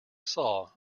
saw